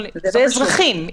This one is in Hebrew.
זה אזרחים.